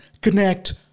connect